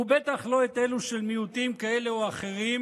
ובטח לא את אלה של מיעוטים כאלה או אחרים,